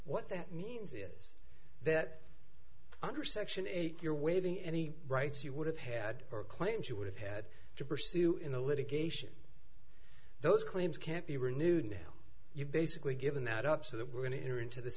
what that means is that under section eight you're waiving any rights you would have had or claims you would have had to pursue in the litigation those claims can't be renewed now you've basically given that up so that we're going to enter into this